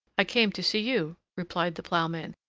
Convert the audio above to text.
i came to see you, replied the ploughman,